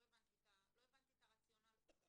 לא הבנתי את הרציונל פה.